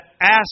ask